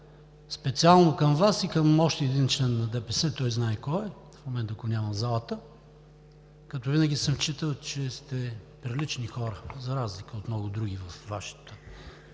специално към Вас и към още един член на ДПС, той знае кой е – в момента го няма в залата. Винаги съм считал, че сте прилични хора, за разлика от много други във Вашата